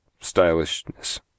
stylishness